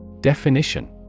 Definition